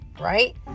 right